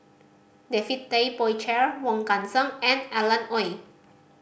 David Tay Poey Cher Wong Kan Seng and Alan Oei